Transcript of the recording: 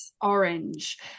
orange